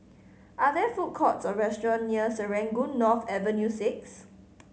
are there food courts or restaurants near Serangoon North Avenue Six